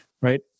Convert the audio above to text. right